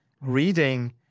reading